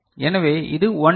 எனவே இது 1 யூனிட் 2 3 4